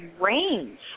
range